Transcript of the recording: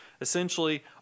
essentially